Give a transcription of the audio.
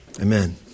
amen